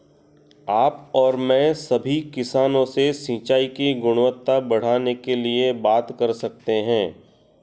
आप और मैं सभी किसानों से सिंचाई की गुणवत्ता बढ़ाने के लिए बात कर सकते हैं